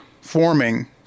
forming